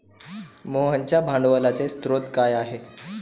मोहनच्या भांडवलाचे स्रोत काय आहे?